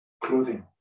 clothing